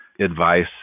advice